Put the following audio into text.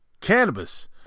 cannabis